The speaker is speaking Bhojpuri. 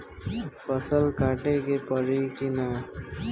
फसल काटे के परी कि न?